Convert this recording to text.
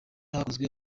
hakozwe